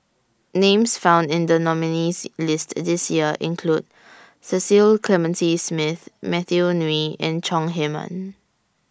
Names found in The nominees' list This Year include Cecil Clementi Smith Matthew Ngui and Chong Heman